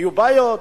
היו בעיות,